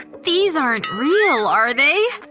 these aren't real, are they?